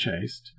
chased